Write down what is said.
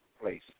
place